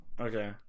Okay